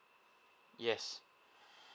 yes